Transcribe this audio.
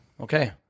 Okay